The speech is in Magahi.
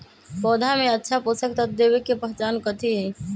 पौधा में अच्छा पोषक तत्व देवे के पहचान कथी हई?